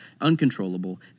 uncontrollable